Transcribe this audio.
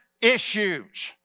issues